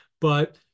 but-